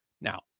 now